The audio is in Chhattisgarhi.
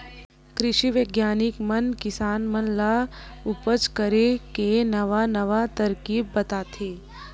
कृषि बिग्यानिक मन किसान मन ल उपज करे के नवा नवा तरकीब बताथे